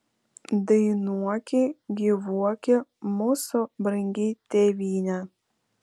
dainuoki gyvuoki mūsų brangi tėvyne